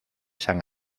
san